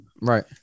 right